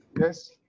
yes